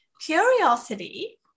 curiosity